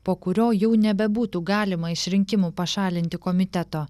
po kurio jau nebebūtų galima iš rinkimų pašalinti komiteto